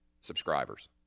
subscribers